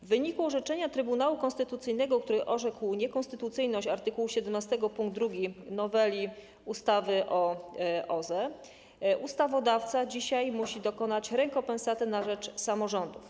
W wyniku orzeczenia Trybunału Konstytucyjnego, który orzekł niekonstytucyjność art. 17 pkt 2 noweli ustawy o OZE, ustawodawca musi dzisiaj dokonać rekompensaty na rzecz samorządów.